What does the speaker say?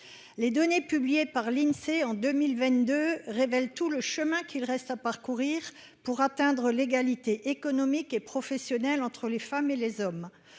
Les données publiées par l'Insee en 2022 montrent tout le chemin qu'il reste à parcourir pour atteindre l'égalité économique et professionnelle entre les femmes et les hommes.